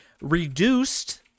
reduced